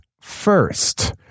first